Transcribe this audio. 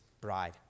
bride